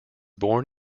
born